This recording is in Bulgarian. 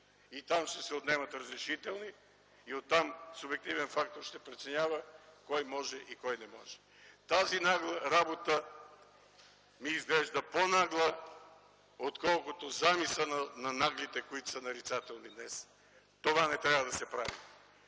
Там ще се отнемат разрешителни, и оттам субективен фактор ще преценява кой може и кой не може ... Тази нагла работа ми изглежда по-нагла, отколкото замисълът на „Наглите”, които са нарицателни днес. Това не трябва да се прави.